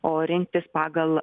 o rinktis pagal